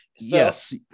Yes